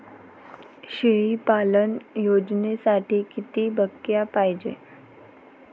शेळी पालन योजनेसाठी किती बकऱ्या पायजे?